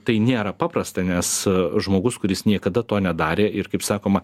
tai nėra paprasta nes žmogus kuris niekada to nedarė ir kaip sakoma